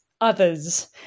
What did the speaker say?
others